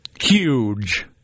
Huge